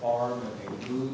are you